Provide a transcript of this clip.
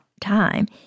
time